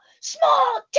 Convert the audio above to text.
Small